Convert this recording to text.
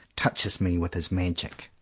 touches me with his magic.